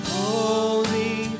holy